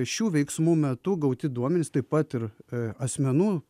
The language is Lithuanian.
šių veiksmų metu gauti duomenys taip pat ir asmenų